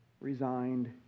resigned